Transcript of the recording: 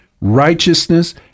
righteousness